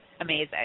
Amazing